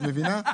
את מבינה?